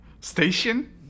Station